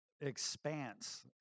expanse